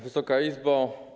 Wysoka Izbo!